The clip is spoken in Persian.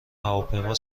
هواپیما